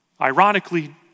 Ironically